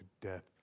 death